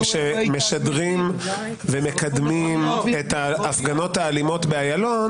מאחר שיש מספיק ערוצים שמשדרים ומקדמים את ההפגנות האלימות באיילון,